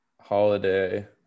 Holiday